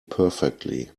perfectly